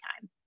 time